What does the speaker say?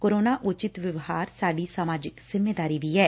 corona ਉਚਿਤ ਵਿਵਹਾਰ ਸਾਡੀ ਸਮਾਜਿਕ ਜਿੰਮੇਵਾਰੀ ਵੀ ਐ